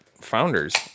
Founders